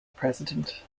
president